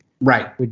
right